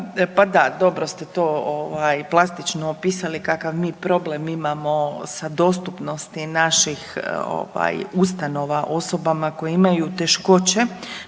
pa da dobro ste to ovaj plastično opisali kakav mi problem imamo sa dostupnosti naših ovaj ustanova osobama koje imaju teškoće,